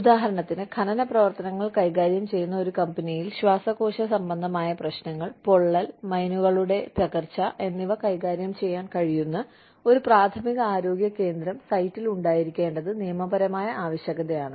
ഉദാഹരണത്തിന് ഖനന പ്രവർത്തനങ്ങൾ കൈകാര്യം ചെയ്യുന്ന ഒരു കമ്പനിയിൽ ശ്വാസകോശ സംബന്ധമായ പ്രശ്നങ്ങൾ പൊള്ളൽ മൈനുകളുടെ തകർച്ച എന്നിവ കൈകാര്യം ചെയ്യാൻ കഴിയുന്ന ഒരു പ്രാഥമിക ആരോഗ്യ കേന്ദ്രം സൈറ്റിൽ ഉണ്ടായിരിക്കേണ്ടത് നിയമപരമായ ആവശ്യകതയാണ്